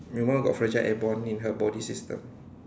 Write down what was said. your mom got fragile airborne in her body system